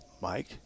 Mike